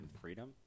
freedom